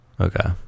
Okay